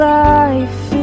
life